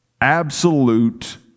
absolute